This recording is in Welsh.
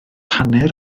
hanner